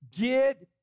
get